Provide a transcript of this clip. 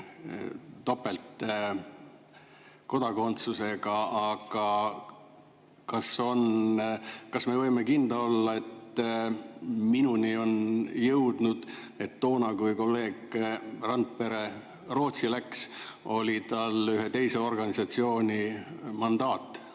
topeltkodakondsusest. Aga kas me võime kindlad olla ... minuni on jõudnud, et toona, kui kolleeg Randpere Rootsi läks, oli tal ühe teise organisatsiooni mandaat.